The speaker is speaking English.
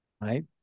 right